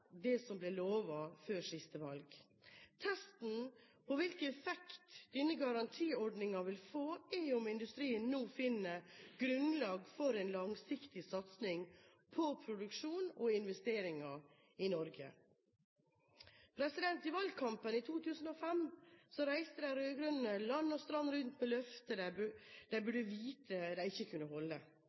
det som ble lovet før siste valg. Testen på hvilken effekt denne garantiordningen vil få, er om industrien nå finner grunnlag for en langsiktig satsing på produksjon og investeringer i Norge. I valgkampen i 2005 reiste de rød-grønne land og strand rundt med løfter de burde vite de ikke kunne holde.